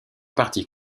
partie